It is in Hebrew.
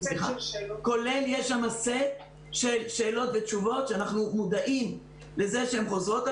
כולל יש שם את סט של שאלות ותשובות שחוזרות על